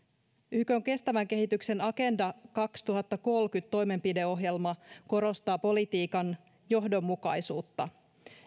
ykn kestävän kehityksen agenda kaksituhattakolmekymmentä toimenpideohjelma korostaa politiikan johdonmukaisuutta